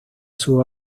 sus